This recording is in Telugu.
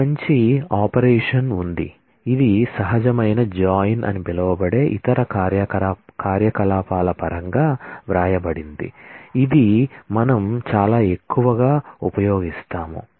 ఒక మంచి ఆపరేషన్ ఉంది ఇది సహజమైన జాయిన్ అని పిలువబడే ఇతర కార్యకలాపాల పరంగా వ్రాయబడినది ఇది మనం చాలా ఎక్కువగా ఉపయోగిస్తాము